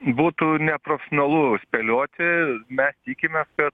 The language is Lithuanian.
būtų neprofesionalu spėlioti mes tikimės kad